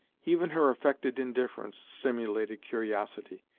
even her affected indifference stimulated curiosity,